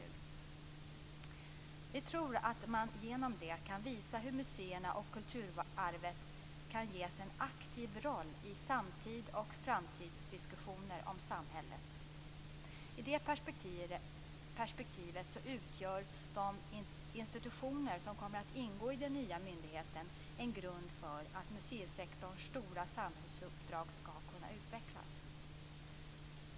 Vi tror att man med hjälp av myndigheten kan visa hur museerna och kulturarvet kan ges en aktiv roll i samtids och framtidsdiskussioner om samhället. I det perspektivet utgör de institutioner som kommer att ingå i den nya myndigheten en grund för att museisektorns stora samhällsuppdrag skall kunna utvecklas.